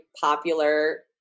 popular